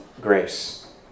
grace